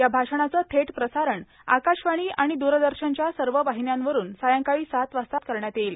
या भाषणाचं थेट प्रसारण आकाशवाणी आणि दूरदर्शनच्या सर्व वाहिन्यांवरून सायंकाळी सात वाजता प्रसारित करण्यात येईल